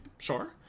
Sure